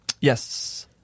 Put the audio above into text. Yes